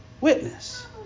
witness